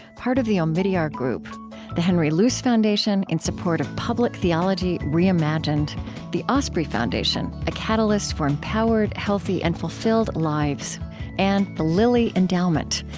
part of the omidyar group the henry luce foundation, in support of public theology reimagined the osprey foundation, a catalyst for empowered, healthy, and fulfilled lives and the lilly endowment,